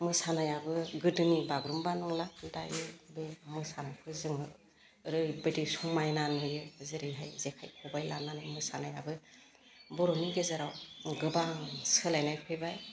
मोसानायाबो गोदोनि बागुरुम्बा नंला दायो बे मोसानायखौ जोङो ओरैबायदि समायना नुयो जेरैहाय जेखाइ खबाय लानानै मोसानायाबो बर'नि गेजेराव गोबां सोलायनाय फैबाय